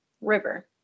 river